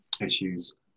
issues